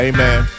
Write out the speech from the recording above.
Amen